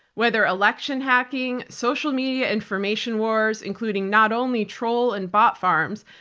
whether election hacking, social media information wars, including not only troll and bot farms,